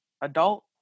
adult